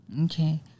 Okay